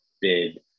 bid